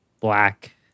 black